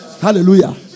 Hallelujah